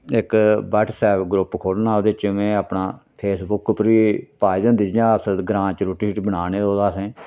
इक WhatsApp group खोलना ओह्दे च में अपना फेसबुक उप्पर बी पाए दे होंदे जियां अस ग्रांऽ च रुट्टी शुट्टी बना ने ओह्दा असें